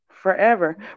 forever